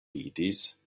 vidis